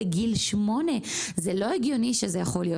בגיל 8. זה לא הגיוני שזה כך.